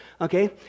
Okay